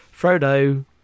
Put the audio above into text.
Frodo